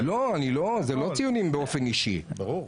לא, זה לא ציונים באופן אישי, ברור.